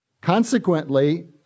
Consequently